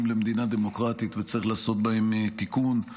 למדינה דמוקרטית וצריך לעשות בהם תיקון.